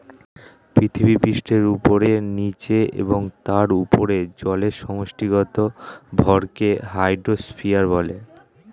পৃথিবীপৃষ্ঠের উপরে, নীচে এবং তার উপরে জলের সমষ্টিগত ভরকে হাইড্রোস্ফিয়ার বলে